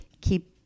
keep